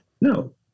No